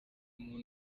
umuntu